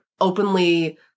openly